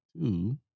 Two